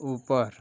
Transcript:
ऊपर